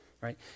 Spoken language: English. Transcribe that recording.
right